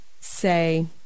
say